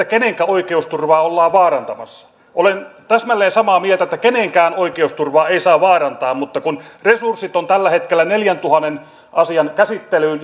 kenenkä oikeusturvaa ollaan vaarantamassa olen täsmälleen samaa mieltä että kenenkään oikeusturvaa ei saa vaarantaa mutta kun resurssit ovat tällä hetkellä neljäntuhannen asian käsittelyyn